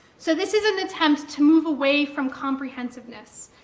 so this is an attempt to move away from comprehensiveness.